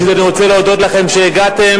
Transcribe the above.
ראשית אני רוצה להודות לכם על שהגעתם,